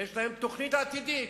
ויש להם תוכנית עתידית.